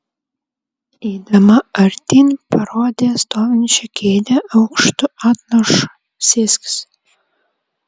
eidama artyn parodė stovinčią kėdę aukštu atlošu sėskis